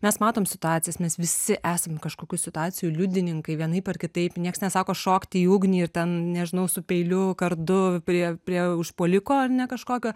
mes matom situacijas mes visi esam kažkokių situacijų liudininkai vienaip ar kitaip nieks nesako šokti į ugnį ir ten nežinau su peiliu kardu prie prie užpuoliko ar ne kažkokio